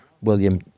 William